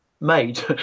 made